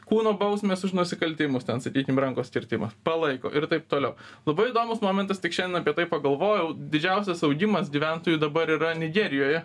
kūno bausmės už nusikaltimus ten sakykim rankos kirtimas palaiko ir taip toliau labai įdomus momentas tik šiandien apie tai pagalvojau didžiausias augimas gyventojų dabar yra nigerijoje